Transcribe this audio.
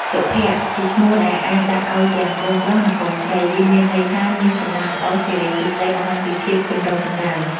សុភ័ក្ត្រជាឈ្មោះដែលអាចដាក់ឲ្យទាំងកូនប្រុសនិងកូនស្រី វាមានន័យថាមានសំណាងល្អ សិរីសួស្តី បង្ហាញពីភាពចម្រុងចម្រើន។